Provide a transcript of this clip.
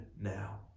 now